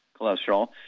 cholesterol